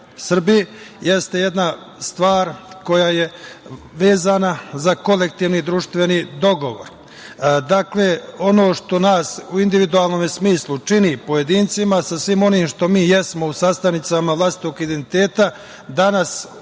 Srbiji, jeste jedna stvar koja je vezana za kolektivni društveni dogovor. Dakle, ono što nas u individualnom smislu čini pojedincima, sa svim onim što mi jesmo u sastavu vlastitog identiteta danas ovde